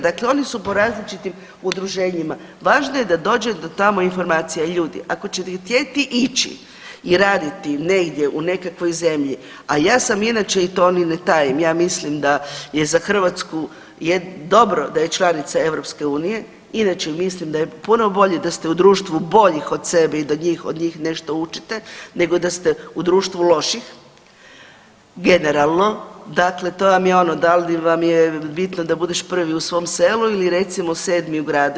Dakle oni su po različitim udruženjima, važno je da dođe do tamo informacija, ljudi ako ćete htjeti ići i raditi negdje u nekakvoj zemlji, a ja sam inače i to ni ne tajim, ja mislim da je za Hrvatsku jednu dobro da je članica EU, inače mislim da je puno bolje da ste u društvu boljih od sebe i da od njih nešto učite nego da ste u društvu loših, generalno, dakle to vam je ono da li vam je bitno da budeš prvi u svom selu ili recimo sedmi u gradu.